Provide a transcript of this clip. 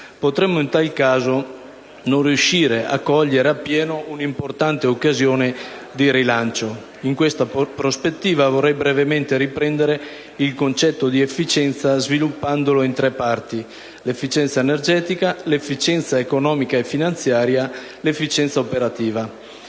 potremmo, in tal caso, non riuscire a cogliere appieno un'importante occasione di rilancio. In questa prospettiva, vorrei brevemente riprendere il concetto di efficienza sviluppandolo in tre parti: l'efficienza energetica, l'efficienza economica e finanziaria, l'efficienza operativa.